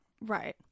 Right